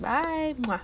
bye